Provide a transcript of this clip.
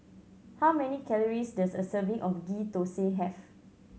how many calories does a serving of Ghee Thosai have